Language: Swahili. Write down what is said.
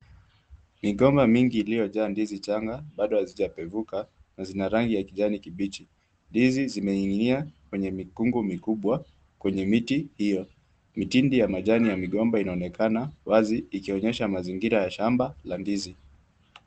Migomba mingi iliyojaa ndizi changa bado hazijapevuka na zina rangi ya kijani kibichi. Ndizi zimening'inia kwenye mikungu mikubwa kwenye miti hiyo. Mitindi ya majani na migomba inaonekana wazi ikionyesha mazingira ya shamba la ndizi.